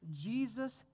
Jesus